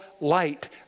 light